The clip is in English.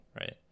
right